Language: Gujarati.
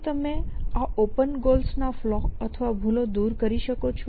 શું તમે આ ઓપન ગોલ્સ ના ફલૉ અથવા ભૂલો દૂર કરી શકો છો